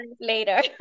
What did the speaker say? later